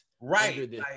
Right